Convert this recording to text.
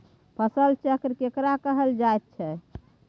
फसल चक्र केकरा कहल जायत छै?